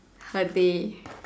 her day